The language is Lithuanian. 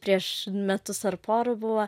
prieš metus ar porų buvo